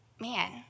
man